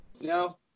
No